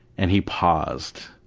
and he paused.